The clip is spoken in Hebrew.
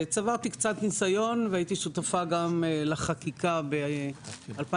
צברתי קצת ניסיון והייתי שותפה גם לחקיקה ב-2011.